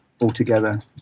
altogether